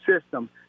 system